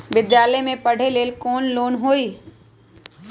विद्यालय में पढ़े लेल कौनो लोन हई?